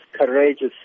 courageous